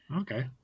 Okay